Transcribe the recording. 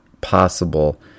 possible